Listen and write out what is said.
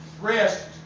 Rest